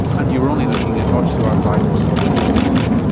and you were only looking at osteoarthritis of the hip and knee?